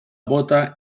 bóta